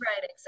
Right